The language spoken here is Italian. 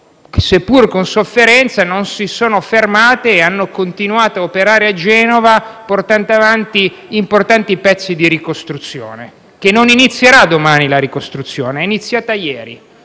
seppure con sofferenza, non si sono fermate e hanno continuato a operare a Genova portando avanti importanti pezzi della ricostruzione, che non inizierà domani perché è iniziata ieri.